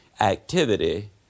activity